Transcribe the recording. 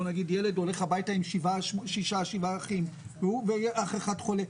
בוא נגיד שילד הולך הביתה ויש לו שישה-שבעה אחים ואח אחד חולה,